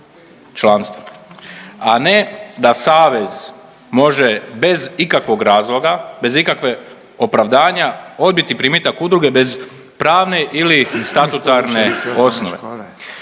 članstvo. A ne da savez može bez ikakvog razloga, bez ikakve opravdanja odbiti primitak udruge bez pravne ili statutarne osnove.